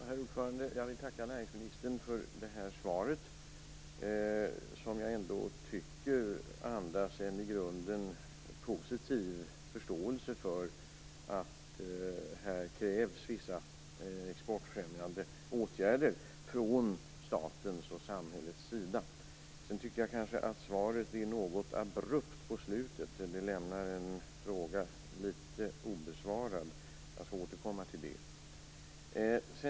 Herr talman! Jag vill tacka näringsministern för det här svaret, som jag ändå tycker andas en i grunden positiv förståelse för att här krävs vissa exportfrämjande åtgärder från statens och samhällets sida. Sedan tycker jag kanske att svaret är något abrupt på slutet. Det lämnar en fråga litet obesvarad. Jag skall återkomma till det.